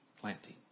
planting